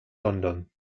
london